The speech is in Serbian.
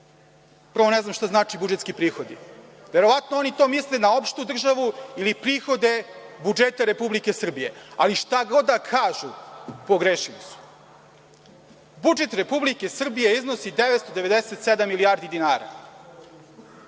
Prvo, ne znam šta znači budžetski prihodi, verovatno oni to misle na opštu državu ili prihode budžeta Republike Srbije, ali šta god da kažu pogrešili su. Budžet Republike Srbije iznosi 997 milijardi dinara.